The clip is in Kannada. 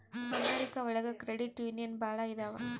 ಅಮೆರಿಕಾ ಒಳಗ ಕ್ರೆಡಿಟ್ ಯೂನಿಯನ್ ಭಾಳ ಇದಾವ